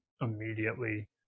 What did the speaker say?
immediately